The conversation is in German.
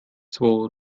zwo